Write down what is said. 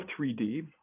3D